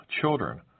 children